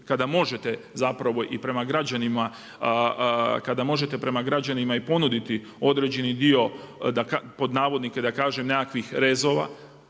kada možete prema građanima i ponuditi određeni dio, pod navodnike da kažem „nekakvih rezova“,